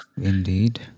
Indeed